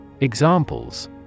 Examples